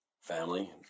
family